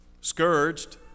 scourged